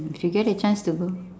if you get a chance to go